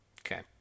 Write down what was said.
Okay